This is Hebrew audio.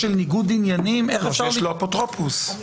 איננו האפוטרופוס הכללי, אז